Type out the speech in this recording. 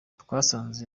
twasanze